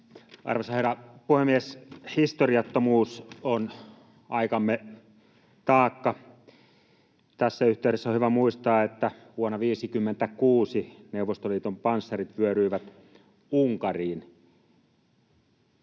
Arvoisa herra puhemies! Historiattomuus on aikamme taakka. Tässä yhteydessä on hyvä muistaa, että vuonna 56 Neuvostoliiton panssarit vyöryivät Unkariin.